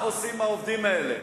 אדוני, מה עושים עם העובדים האלה?